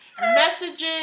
Messages